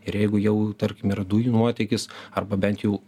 ir jeigu jau tarkim yra dujų nuotėkis arba bent jau